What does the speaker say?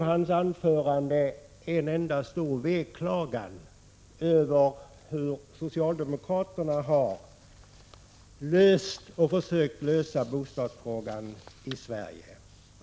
Hans anförande blev en enda stor veklagan över hur socialdemokraterna försökt lösa bostadsfrågor i Sverige.